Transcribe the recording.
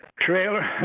trailer